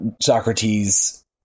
Socrates